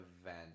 event